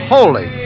Holy